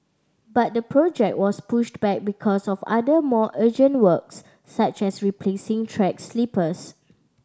but the project was pushed back because of other more urgent works such as replacing track sleepers